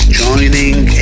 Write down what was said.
joining